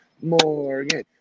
Morgan